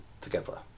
together